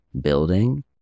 building